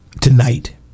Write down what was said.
Tonight